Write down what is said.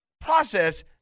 process